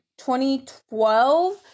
2012